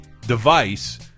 device